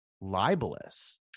libelous